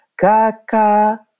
Kaka